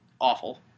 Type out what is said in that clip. awful